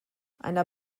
einer